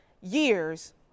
years